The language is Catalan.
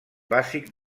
bàsic